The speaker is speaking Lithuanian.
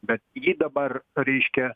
bet jį dabar reiškia